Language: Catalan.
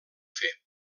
fer